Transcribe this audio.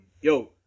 yo